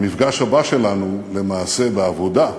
המפגש הבא שלנו, למעשה, בעבודה,